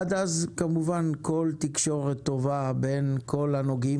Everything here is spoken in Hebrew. עד אז כמובן כל תקשורת טובה בין כל הנוגעים